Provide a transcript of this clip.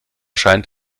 scheint